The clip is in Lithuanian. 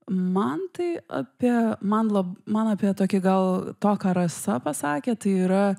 man tai apie man lab man apie tokį gal to ką rasa pasakė tai yra